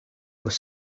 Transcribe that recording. was